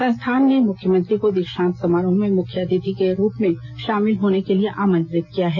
संस्थान ने मुख्यमंत्री को दीक्षांत समारोह में मुख्य अतिथि के रूप में शामिल होने के लिए आमंत्रित किया है